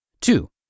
Two